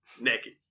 Naked